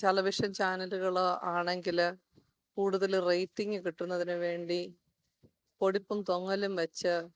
television ചാനലുകൾ ആണെങ്കിൽ കൂടുതൽ റേറ്റിങ്ങ് കിട്ടുന്നതിനു വേണ്ടി പൊടിപ്പും തൊങ്ങലും വച്ചു